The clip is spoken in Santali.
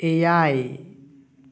ᱮᱭᱟᱭ